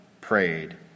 prayed